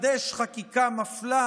לחדש חקיקה מפלה,